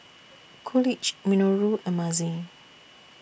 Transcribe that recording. Coolidge Minoru and Mazie